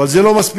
אבל זה לא מספיק.